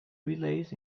relays